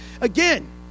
Again